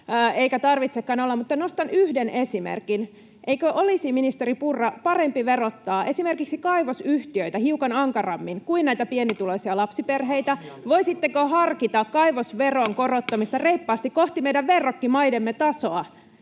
eikä tarvitsekaan olla, mutta nostan yhden esimerkin. Eikö olisi, ministeri Purra, parempi verottaa esimerkiksi kaivosyhtiöitä hiukan ankarammin kuin näitä pienituloisia lapsiperheitä? [Juho Eerola: Ja satamia olisitte verottanut!] Voisitteko harkita kaivosveron korottamista reippaasti kohti meidän verrokkimaidemme tasoa